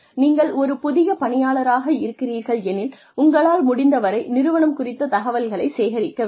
நீங்கள் ஒரு புதிய பணியாளராக இருக்கிறீர்கள் எனில் உங்களால் முடிந்தவரை நிறுவனம் குறித்த தகவல்களைச் சேகரிக்க வேண்டும்